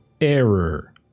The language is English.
error